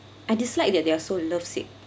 I dislike that they are so love sick